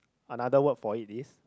another word for it is